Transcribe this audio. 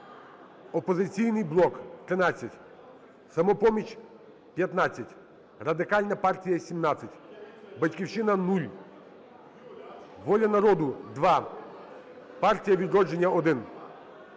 "Опозиційний блок" – 13, "Самопоміч" – 15, Радикальна партія – 17, "Батьківщина" – 0, "Воля народу" – 2, "Партія "Відродження" – 1,